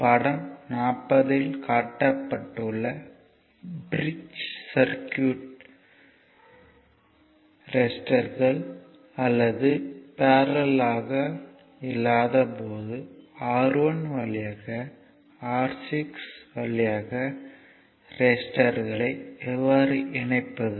படம் 40 இல் காட்டப்பட்டுள்ள பாலம் சர்க்யூட் ரெசிஸ்டர்கள் சீரிஸ் அல்லது பேரல்லல் ஆக இல்லாத போது R1 வழியாக R6 வழியாக ரெசிட்டர்களை எவ்வாறு இணைப்பது